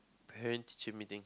parent teacher meeting